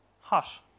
Hot